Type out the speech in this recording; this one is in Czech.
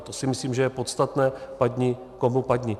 To si myslím, že je podstatné, padni komu padni.